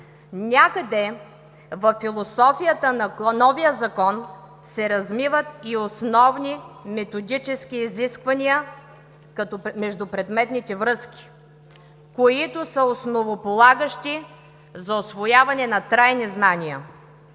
Някъде във философията на новия Закон се размиват и основни методически изисквания, като междупредметните връзки, които са основополагащи за усвояване на трайни знания.